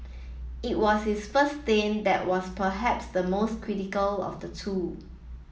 it was his first stint that was perhaps the most critical of the the two